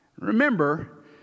Remember